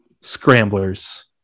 scramblers